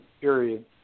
period